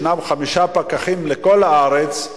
ישנם חמישה פקחים לכל הארץ,